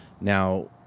Now